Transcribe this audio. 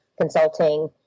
consulting